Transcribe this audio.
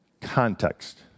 Context